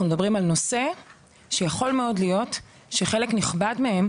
אנחנו מדברים על נושא שיכול מאוד להיות שכבר באופן ההתייחסות שלנו,